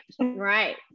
right